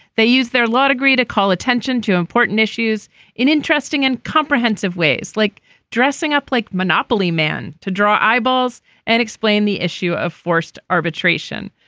they use their law degree to call attention to important issues in interesting and comprehensive ways like dressing up like monopoly man to draw eyeballs and explain the issue of forced arbitration.